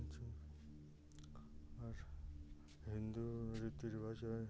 अच्छा और हिन्दू रीति रिवाज में